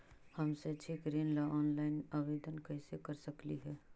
हम शैक्षिक ऋण ला ऑनलाइन आवेदन कैसे कर सकली हे?